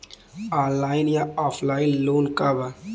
Online या offline loan का बा?